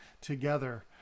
together